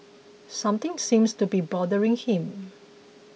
something seems to be bothering him